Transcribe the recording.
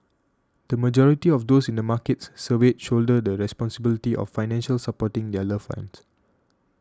the majority of those in the markets surveyed shoulder the responsibility of financially supporting their loved ones